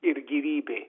ir gyvybė